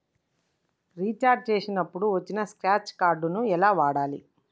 Recharge చేసినప్పుడు వచ్చిన scratch card ఎలా వాడాలి?